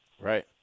Right